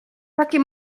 takie